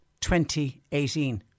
2018